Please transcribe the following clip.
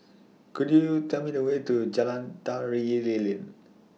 Could YOU Tell Me The Way to Jalan Tari Lilin